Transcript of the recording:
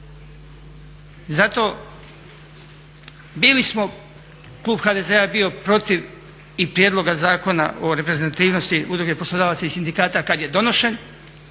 Zato bili smo, klub HDZ-a je bio protiv i Prijedloga zakona o reprezentativnosti udruge poslodavaca i sindikata kad je donošen